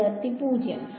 വിദ്യാർത്ഥി 0